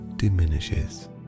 diminishes